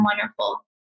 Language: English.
wonderful